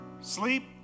sleep